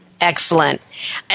Excellent